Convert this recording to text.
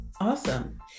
awesome